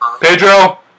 Pedro